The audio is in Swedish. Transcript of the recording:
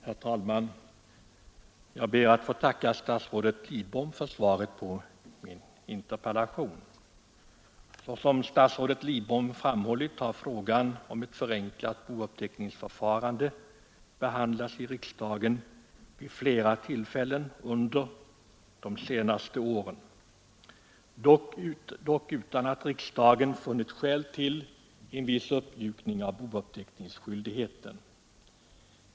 Herr talman! Jag ber att få tacka statsrådet Lidbom för svaret på min interpellation. Som statsrådet Lidbom framhållit har frågan om ett förenklat bouppteckningsförfarande behandlats i riksdagen vid flera tillfällen under de senaste åren, dock utan att riksdagen funnit skäl till en viss uppmjukning av bouppteckningsskyldigheten.